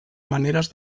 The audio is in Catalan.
maneres